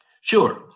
Sure